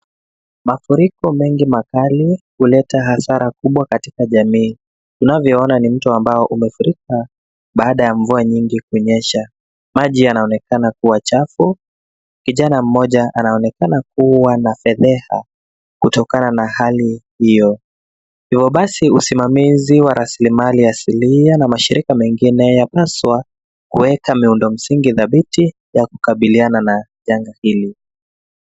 Mafuriko mengi makali huleta hasara kubwa katika jamii. Unavyoona ni mto ambao umefurika baada ya mvua nyingi kunyesha. Maji yanaonyekana kuwa chafu. Kijana mmoja anaonekana kuwa na fedheha kutokana na hali hiyo. Hivyo basi usimamizi wa rasilimali asilia na mashirika mengine, yapswa kuweka miundo msingi dhabiti ya kukabiliana na janga hili.